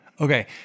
Okay